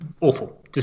Awful